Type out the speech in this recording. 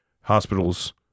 hospitals